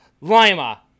Lima